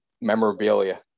memorabilia